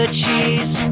cheese